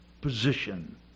position